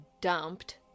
dumped